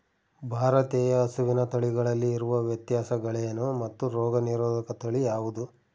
ಭಾರತೇಯ ಹಸುವಿನ ತಳಿಗಳಲ್ಲಿ ಇರುವ ವ್ಯತ್ಯಾಸಗಳೇನು ಮತ್ತು ರೋಗನಿರೋಧಕ ತಳಿ ಯಾವುದು?